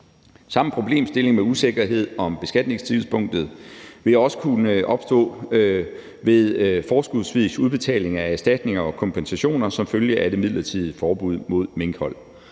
Samme problemstilling med usikkerhed om beskatningstidspunktet vil også kunne opstå ved forskudsvis udbetaling af erstatninger og kompensationer som følge af det midlertidige forbud mod minkhold.